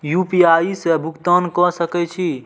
UPI से भुगतान क सके छी?